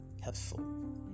helpful